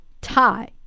tie